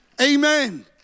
Amen